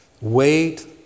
Wait